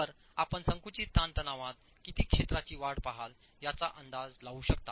तर आपण संकुचित ताणतणावात किती क्षेत्राची वाढ पाहाल याचा अंदाज लावू शकता